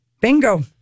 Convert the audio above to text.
Bingo